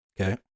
Okay